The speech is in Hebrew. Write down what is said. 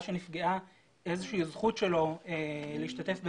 שנפגעה איזושהי זכות שלו להשתתף בדיון,